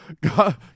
God